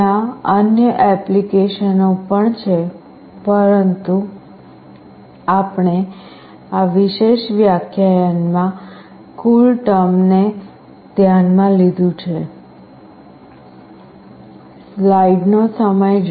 ત્યાં અન્ય એપ્લિકેશનો પણ છે પરંતુ આપણે આ વિશેષ વ્યાખ્યાનમાં CoolTerm ને ધ્યાનમાં લીધું છે